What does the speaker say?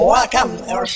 Welcome